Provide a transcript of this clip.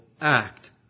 act